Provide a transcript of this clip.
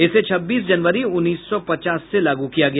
इसे छब्बीस जनवरी उन्नीस सौ पचास से लागू किया गया